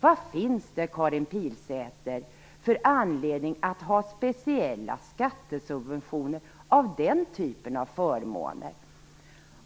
Vad finns det, Karin Pilsäter, för anledning att ha speciella skattesubventioner för den typen av förmåner?